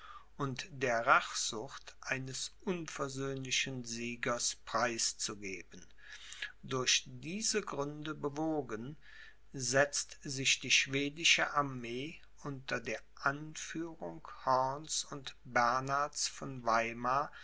und der rachsucht eines unversöhnlichen siegers preiszugeben durch diese gründe bewogen setzt sich die schwedische armee unter der anführung horns und bernhards von weimar